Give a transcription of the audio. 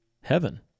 heaven